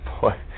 Boy